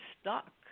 stuck